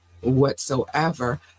whatsoever